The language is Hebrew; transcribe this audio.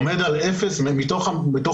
עומד על 0.04% בתוך המוגנים,